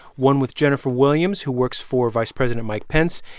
one with jennifer williams, who works for vice president mike pence,